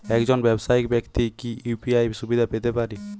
একজন ব্যাবসায়িক ব্যাক্তি কি ইউ.পি.আই সুবিধা পেতে পারে?